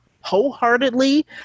wholeheartedly